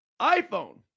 iPhone